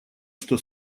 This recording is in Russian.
что